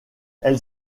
elle